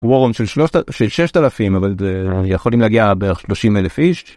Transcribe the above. וורון של ששת אלפים אבל יכולים להגיע בערך שלושים אלף איש.